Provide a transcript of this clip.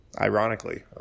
ironically